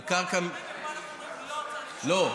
על קרקע, ופה אנחנו אומרים: לא צריך, לא.